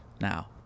now